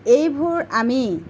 এইবোৰ আমি